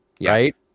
right